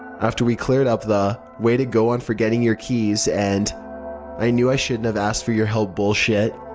after we cleared up the way to go on forgetting your keys, and i knew i shouldn't have asked for your help bullshit,